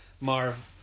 Marv